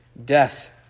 Death